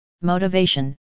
motivation